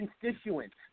constituents